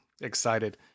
excited